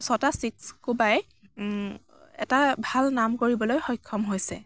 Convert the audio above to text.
ছটা ছিক্স কোবাই এটা ভাল নাম কৰিবলৈ সক্ষম হৈছে